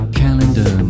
calendar